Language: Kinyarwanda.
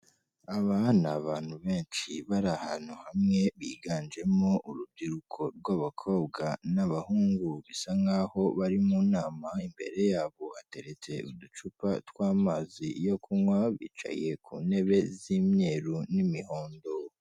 Aba ni abantu benshi, bari ahantu hamwe, biganjemo urubyiruko rw'abakobwa n'abahungu, bisa nk'aho bari mu nama, imbere yabo hateretse uducupa tw'amazi yo kunywa, bicaye ku ntebe z'imyeru n'imihondo.